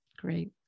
Great